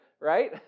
right